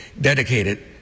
dedicated